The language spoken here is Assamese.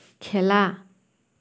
খেলা